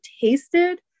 tasted